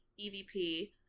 EVP